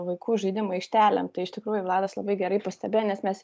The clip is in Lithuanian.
vaikų žaidimų aikštelėm tai iš tikrųjų vladas labai gerai pastebėjo nes mes